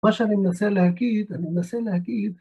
מה שאני מנסה להגיד, אני מנסה להגיד